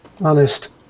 honest